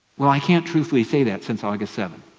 well i can't truthfully say that since august seven,